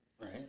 Right